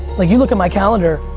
like you look at my calendar,